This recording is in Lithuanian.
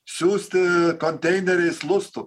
siųsti konteineriais lustų